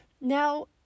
Now